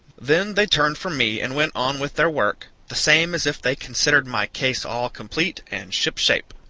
then they turned from me and went on with their work, the same as if they considered my case all complete and shipshape.